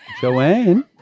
Joanne